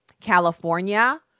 California